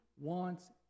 wants